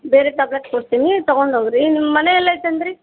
ಬೇರೆ ಟ್ಯಾಬ್ಲೆಟ್ ಕೊಡ್ತೀನಿ ತಗೊಂಡು ಹೋಗ್ರಿ ನಿಮ್ಮ ಮನೆ ಎಲ್ಲಿ ಐತೆ ಅಂದಿರಿ